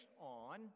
on